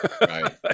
right